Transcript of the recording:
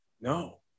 No